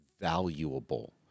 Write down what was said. valuable